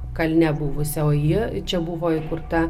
kalne buvusią o ji čia buvo įkurta